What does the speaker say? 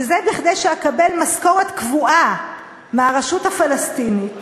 וזה כדי שאקבל משכורת קבועה מהרשות הפלסטינית